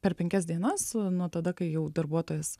per penkias dienas nuo tada kai jau darbuotojas